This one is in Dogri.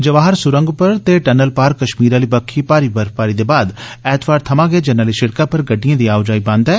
जवाहर सुरंग पर ते टनल पार कश्मीर आली बक्खी भारी बर्फबारी दे बाद ऐतवार थमां गै जरनैली सड़कै पर गड़िडएं दी आओजाई बंद ऐ